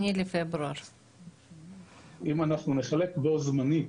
את הבדיקות בו זמנית,